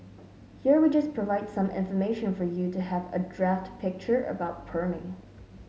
here we just provide some information for you to have a draft picture about perming